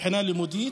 מבחינה לימודית.